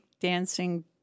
dancing